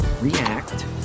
React